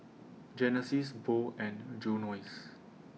Genesis Bo and Junius